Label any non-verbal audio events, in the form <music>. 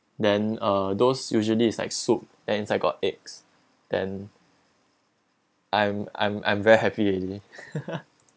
then uh those usually is like soup and inside got eggs then I'm I'm I'm very happy already <laughs>